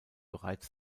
bereits